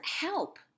help